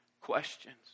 questions